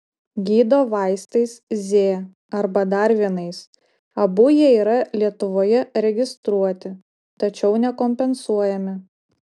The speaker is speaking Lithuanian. gydo vaistais z arba dar vienais abu jie yra lietuvoje registruoti tačiau nekompensuojami